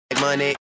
Money